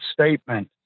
statement